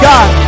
God